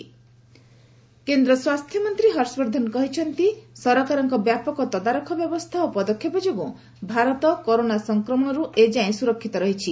ହର୍ଷବର୍ଦ୍ଧନ ନାଇଫର କେନ୍ଦ୍ର ସ୍ୱାସ୍ଥ୍ୟମନ୍ତ୍ରୀ ହର୍ଷବର୍ଦ୍ଧନ କହିଛନ୍ତି ଯେ ସରକାରଙ୍କ ବ୍ୟାପକ ତଦାରଖ ବ୍ୟବସ୍ଥା ଓ ପଦକ୍ଷେପ ଯୋଗୁଁ ଭାରତ କରୋନା ସଂକ୍ରମଣରୁ ଏଯାଏ ସୁରକ୍ଷିତ ରହିଛି